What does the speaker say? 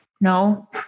No